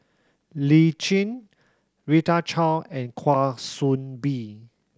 Lee Tjin Rita Chao and Kwa Soon Bee